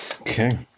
Okay